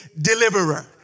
deliverer